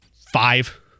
Five